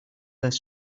this